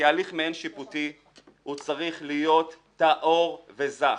כהליך מעין שיפוטי הוא צריך להיות טהור וזך,